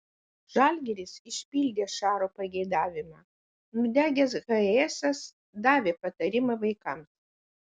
žalgiris išpildė šaro pageidavimą nudegęs hayesas davė patarimą vaikams